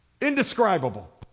Indescribable